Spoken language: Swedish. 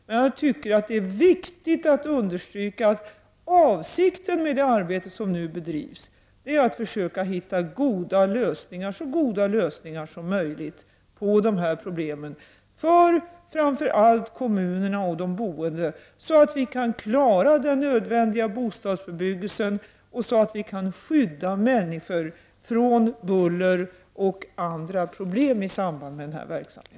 Men jag tycker att det är viktigt att understryka att avsikten med det arbete som nu bedrivs är att man skall försöka hitta så goda lösningar som möjligt på dessa problem för framför allt kommunerna och de boende, så att vi kan klara den nödvändiga bostadsbebyggelsen och så att vi kan skydda människor från buller och andra problem i samband med denna verksamhet.